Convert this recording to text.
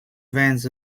vans